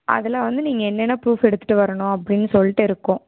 அதில் வந்து நீங்கள் என்னென்ன ப்ரூஃப் எடுத்துகிட்டு வரணும் அப்படின்னு சொல்லிட்டு இருக்கும்